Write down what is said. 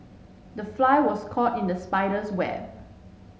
the fly was caught in the spider's web